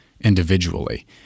individually